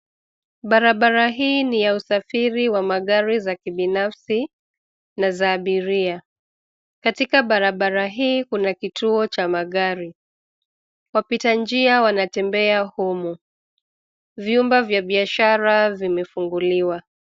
Barabara hii ni ya usafiri wa magari za kibinafsi na za abiria. Katika barabara hii kuna kituo cha magari. Wapita njia wanatembea humu. Vyumba vya biashara zimefunguliwa.